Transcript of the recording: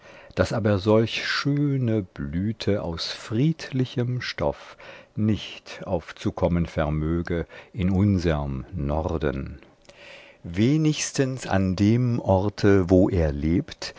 daß aber solch schöne blüte aus friedlichem stoff nicht aufzukommen vermöge in unserm norden wenigstens an dem orte wo er lebt